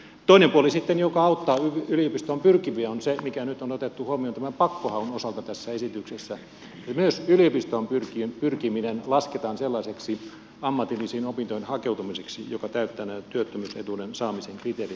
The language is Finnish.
toinen puoli sitten joka auttaa yliopistoon pyrkiviä on se mikä nyt on otettu huomioon tämän pakkohaun osalta tässä esityksessä että myös yliopistoon pyrkiminen lasketaan sellaiseksi ammatillisiin opintoihin hakeutumiseksi joka täyttää nämä työttömyysetuuden saamisen kriteerit